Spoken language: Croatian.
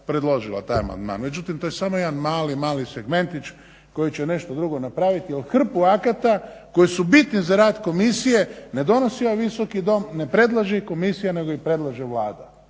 predložila taj amandman, međutim to je samo jedan mali, mali segmentić koji će nešto drugo napraviti jer hrpu akata koji su bitni za rad komisije ne donosi ovaj Visoki dom ne predlaže ih komisija nego ih predlaže Vlada.